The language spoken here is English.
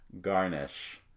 garnish